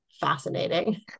fascinating